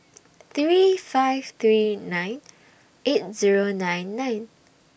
three five three nine eight Zero nine nine